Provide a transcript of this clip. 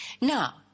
Now